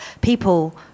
people